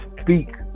speak